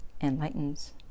enlightens